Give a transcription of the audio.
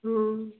हँ